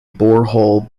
borehole